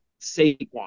Saquon